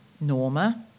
Norma